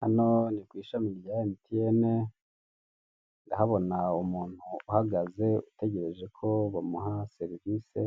Hano ni ku ishami rya emutiyene ndahabona umuntu uhagaze ategereje ko bamuha serivise